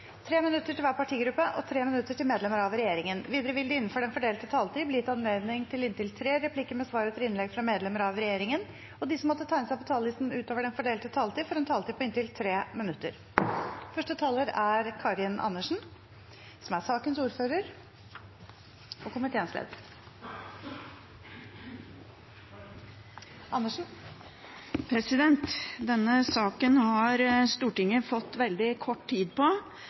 minutter til hver partigruppe og 3 minutter til medlemmer av regjeringen. Videre vil det – innenfor den fordelte taletid – bli gitt anledning til inntil tre replikker med svar etter innlegg fra medlemmer av regjeringen, og de som måtte tegne seg på talerlisten utover den fordelte taletid, får også en taletid på inntil 3 minutter. Denne saken har Stortinget fått veldig kort tid på, og det er et problem. Komiteen har valgt å behandle saken raskt, fordi regjeringen har